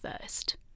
first